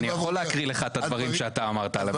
אני יכול להקריא לך דברים שאתה אמרת על המטרו.